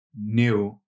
new